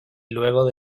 luego